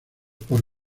por